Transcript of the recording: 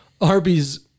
Arby's